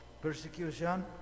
persecution